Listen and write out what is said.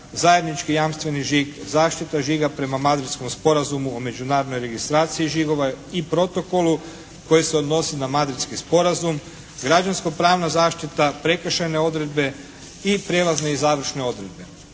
zajednički jamstveni žig. Zaštita žiga prema madridskom sporazumu o međuneradnoj registraciji žigova i protokolu koji se odnosi na madridski sporazum. Građansko pravna zaštita, prekršajne odredbe i prijelazne i završne odredbe.